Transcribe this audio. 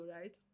right